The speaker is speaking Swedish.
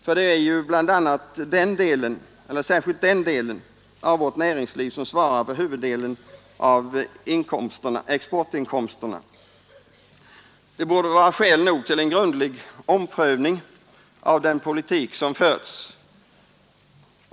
För det är ju bl.a. den delen av vårt näringsliv som svarar för huvuddelen av exportinkomsterna. Det borde vara skäl nog till en grundlig omprövning av den politik som förts.